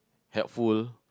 helpful